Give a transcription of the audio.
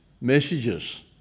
messages